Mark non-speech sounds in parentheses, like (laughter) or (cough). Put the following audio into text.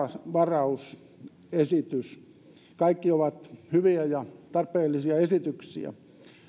(unintelligible) tasausvarausesitys kaikki ovat hyviä ja tarpeellisia esityksiä